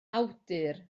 awdur